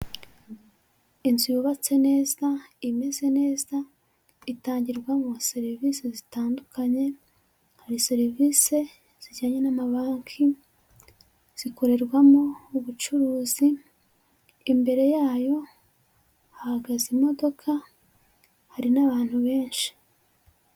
Inzu yubatse neza, imeze neza, itangirwamo serivisi zitandukanye, hari serivisi zijyanye n'amabanki, zikorerwamo ubucuruzi, imbere yayo hahagaze imodoka, hari n'abantu benshi.